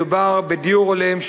מדובר בדיור הולם,